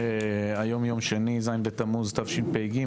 היום יום שני ז' בתמוז תשפ"ג,